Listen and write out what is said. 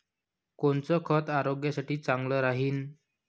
कोनचं खत आरोग्यासाठी चांगलं राहीन?